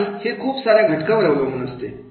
आणि हे खूप सार्या घटकावर अवलंबून असते